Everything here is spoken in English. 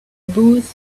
booth